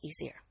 easier